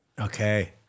Okay